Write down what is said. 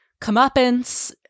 comeuppance